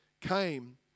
came